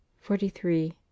forty-three